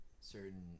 certain